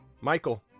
Michael